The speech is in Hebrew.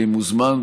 מוזמן,